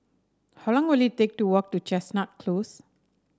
how long will it take to walk to Chestnut Close